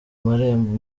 marembo